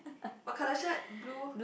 what colour shirt blue